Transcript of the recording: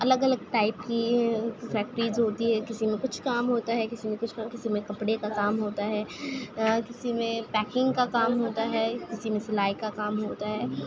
الگ الگ ٹائپ کی فیکٹریز ہوتی ہے کسی میں کچھ کام ہوتا ہے کسی میں کچھ کام کسی میں کپڑے کا کام ہوتا ہے اور کسی میں پیکنگ کا کام ہوتا ہے کسی میں سلائی کا کام ہوتا ہے